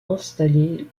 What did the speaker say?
installé